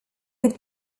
would